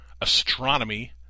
astronomy